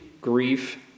grief